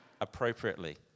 appropriately